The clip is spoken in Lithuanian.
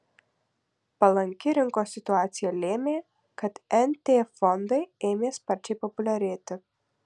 palanki rinkos situacija lėmė kad nt fondai ėmė sparčiai populiarėti